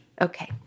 Okay